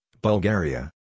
Bulgaria